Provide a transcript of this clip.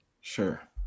Sure